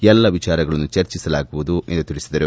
ಎಲ್ಲ ವಿಚಾರಗಳನ್ನು ಚರ್ಚಿಸಲಾಗುವುದು ಎಂದು ತಿಳಿಸಿದರು